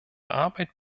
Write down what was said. arbeit